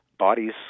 Bodies